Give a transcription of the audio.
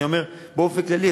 אני אומר באופן כללי,